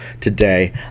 today